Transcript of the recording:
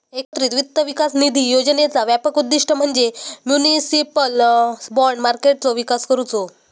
एकत्रित वित्त विकास निधी योजनेचा व्यापक उद्दिष्ट म्हणजे म्युनिसिपल बाँड मार्केटचो विकास करुचो